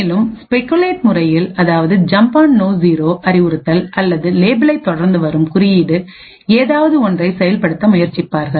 மேலும் ஸ்பெகுலேட் முறையில் அதாவது ஜம்ப் ஆண் நோஜீரோஅறிவுறுத்தல் அல்லது லேபிளைத் தொடர்ந்து வரும் குறியீடுஏதாவது ஒன்றை செயல்படுத்த முயற்சிப்பார்கள்